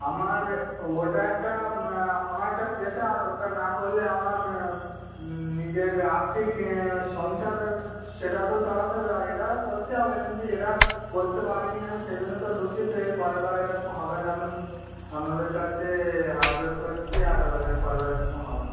আমার ওটা একটা আমার একটা পেশা আর ওটা না করলে আমার নিজের আর্থিক সংসার সেটা তো চালাতে হবে আর এটাও করতে হবে কিন্তু এটা করতে পারি নি আমি সেই জন্য তো দুঃখিত এর পরের বার এরাকম হবে না আমি মু আপনাদের কাছে হাত জোড় করছি আর এর পরের বার এরকম হবে না